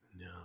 no